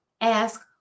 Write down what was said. ask